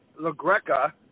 LaGreca